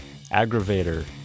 Aggravator